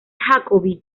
jacobi